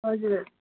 हजुर